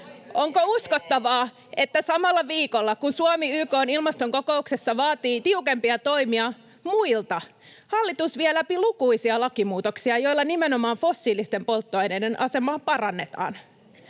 Onko uskottavaa, että samalla viikolla kun Suomi vaatii YK:n ilmastokokouksessa tiukempia toimia muilta, hallitus vie läpi lukuisia lakimuutoksia, joilla nimenomaan fossiilisten polttoaineiden asemaa parannetaan?